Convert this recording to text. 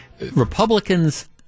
Republicans